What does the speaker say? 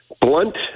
blunt